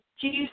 juice